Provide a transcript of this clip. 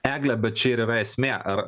egle bet čia ir yra esmė ar